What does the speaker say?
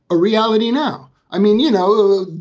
a reality now i mean, you know,